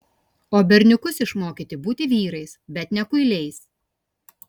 o berniukus išmokyti būti vyrais bet ne kuiliais